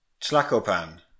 Tlacopan